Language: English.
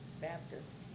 Baptist